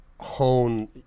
hone